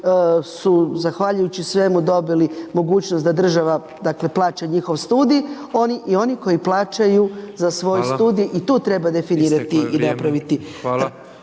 su zahvaljujući svemu dobili mogućnost da država dakle plaća njihov studij i oni koji plaćaju za svoj studij …/Upadica: Hvala./…